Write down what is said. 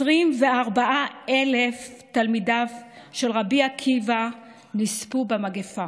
24,000 תלמידיו של רבי עקיבא נספו במגפה